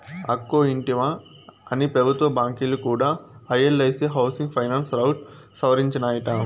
అక్కో ఇంటివా, అన్ని పెబుత్వ బాంకీలు కూడా ఎల్ఐసీ హౌసింగ్ ఫైనాన్స్ రౌట్ సవరించినాయట